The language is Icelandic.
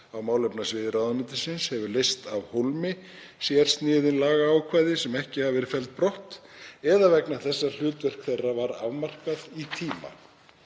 á málefnasviði ráðuneytisins hefur leyst af hólmi sérsniðin lagaákvæði sem ekki hafa verið felld brott eða vegna þess að hlutverk þeirra var afmarkað í tíma.